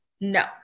No